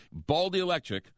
BaldyElectric